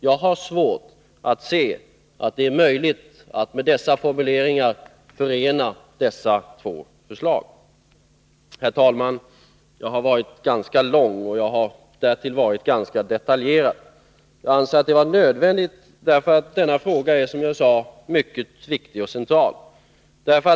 Jag har svårt att se att det är möjligt att med dessa formuleringar förena dessa två förslag. Herr talman! Jag har talat ganska länge, och jag har därtill varit ganska detaljerad. Jag anser att det var nödvändigt, därför att denna fråga är, mycket viktig och central.